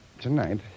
tonight